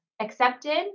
accepted